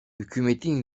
hükümetin